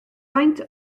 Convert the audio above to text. faint